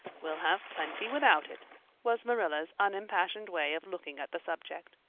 we'll have plenty without it was marilla's unimpassioned way of looking at the subject.